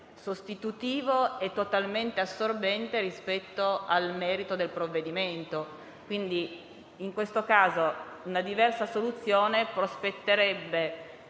sostitutivo e totalmente assorbente rispetto al merito del provvedimento. Quindi, in questo caso, una diversa soluzione prospetterebbe